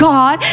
God